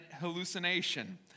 hallucination